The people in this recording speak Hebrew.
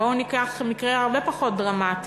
בוא ניקח מקרה פחות דרמטי,